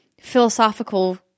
philosophical